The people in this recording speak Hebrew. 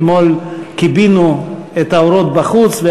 אתמול כיבינו את האורות בחוץ,